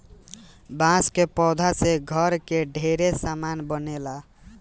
बांस के पौधा से घर के ढेरे सामान बनेला